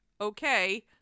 Okay